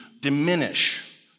diminish